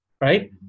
right